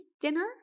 dinner